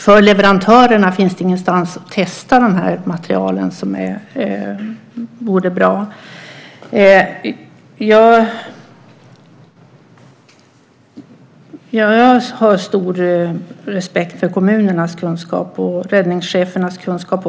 För leverantörerna finns det dessutom ingenstans att testa denna materiel, vilket vore bra. Jag har stor respekt för kommunernas kunskap och också räddningschefernas kunskap.